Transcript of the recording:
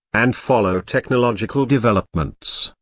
and follow technological developments,